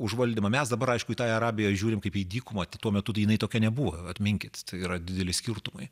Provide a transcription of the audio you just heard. užvaldymą mes dabar aišku tai arabiją žiūrim kaip į dykumą tai tuo metu jinai tokia nebuvo atminkit tai yra dideli skirtumai